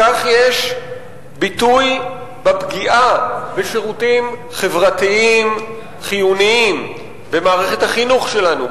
לכך יש ביטוי בפגיעה בשירותים חברתיים חיוניים במערכת החינוך שלנו,